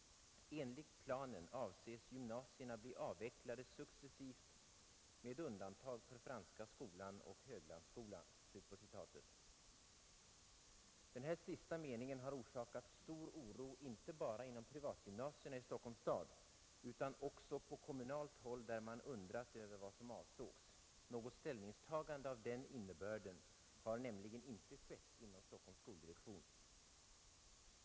Enligt planen avses gymnasierna bli avvecklade successivt med undantag för Franska skolan och Höglandsskolan.” Denna sista mening har orsakat stor oro inte bara inom privatgymnasierna i Stockholms stad utan också på kommunalt håll där man undrat över vad som avsågs. Något ställningstagande av den innebörden har nämligen inte skett inom Stockholms skoldirektion.